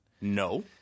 No